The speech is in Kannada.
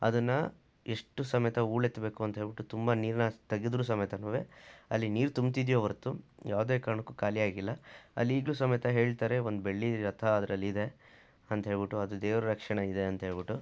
ಅದನ್ನು ಎಷ್ಟು ಸಮೇತ ಹೂಳೆತ್ತಬೇಕು ಅಂತ್ಹೇಳಿಬಿಟ್ಟು ತುಂಬಾ ನೀರನ್ನ ತೆಗೆದ್ರು ಸಮೇತನುವೆ ಅಲ್ಲಿ ನೀರು ತುಂಬ್ತಿದೆಯೇ ಹೊರ್ತು ಯಾವುದೇ ಕಾರಣಕ್ಕೂ ಖಾಲಿ ಆಗಿಲ್ಲ ಅಲ್ಲಿ ಈಗಲೂ ಸಮೇತ ಹೇಳ್ತಾರೆ ಒಂದು ಬೆಳ್ಳಿ ರಥ ಅದ್ರಲ್ಲಿ ಇದೆ ಅಂತಹೇಳಿಬಿಟ್ಟು ಅದು ದೇವ್ರ ರಕ್ಷಣೆ ಇದೆ ಅಂತಹೇಳಿಬಿಟ್ಟು